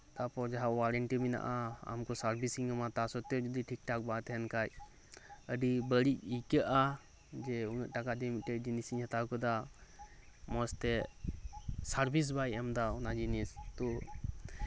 ᱛᱟᱯᱚᱨ ᱡᱟᱦᱟᱸ ᱳᱣᱟᱨᱮᱱᱴᱤ ᱢᱮᱱᱟᱜᱼᱟ ᱟᱢᱠᱚ ᱥᱟᱨᱵᱤᱥᱤᱝ ᱟᱢᱟ ᱛᱟᱨ ᱥᱚᱯᱛᱮᱣ ᱡᱩᱫᱤ ᱴᱷᱤᱠ ᱴᱷᱟᱠ ᱵᱟᱝ ᱛᱟᱦᱮᱱ ᱠᱷᱟᱱ ᱟᱹᱰᱤ ᱵᱟᱹᱲᱤᱡ ᱟᱹᱭᱠᱟᱹᱜᱼᱟ ᱡᱮ ᱩᱱᱟᱹᱜ ᱴᱟᱠᱟ ᱫᱤᱭᱮ ᱢᱤᱫᱴᱮᱱ ᱡᱤᱱᱤᱥᱤᱧ ᱦᱟᱛᱣ ᱠᱮᱫᱟ ᱢᱚᱪᱛᱮ ᱥᱟᱨᱵᱤᱥᱵᱟᱭ ᱮᱢ ᱮᱫᱟ ᱚᱱᱟ ᱡᱤᱱᱤᱥ ᱛᱚ